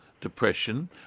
depression